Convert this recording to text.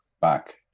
back